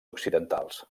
occidentals